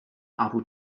abu